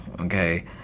okay